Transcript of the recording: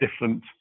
different